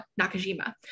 Nakajima